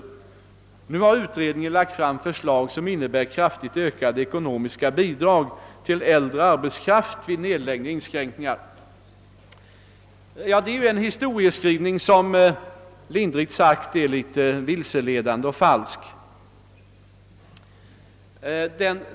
Nu har utredningen lagt fram förslag som innebär kraftigt ökade ekonomiska bidrag till äldre arbetskraft vid nedläggningar och inskränkningar.» Detta är en historieskrivning som lindrigt sagt är vilseledande och falsk.